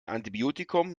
antibiotikum